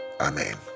Amen